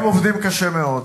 הם עובדים קשה מאוד.